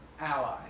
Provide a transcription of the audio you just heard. ally